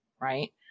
Right